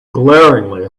glaringly